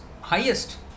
Highest